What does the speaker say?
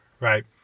Right